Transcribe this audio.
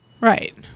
right